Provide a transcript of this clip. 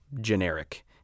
generic